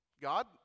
God